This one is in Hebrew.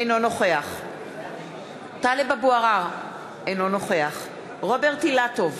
אינו נוכח טלב אבו עראר, אינו נוכח רוברט אילטוב,